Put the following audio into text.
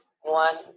one